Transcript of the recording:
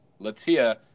Latia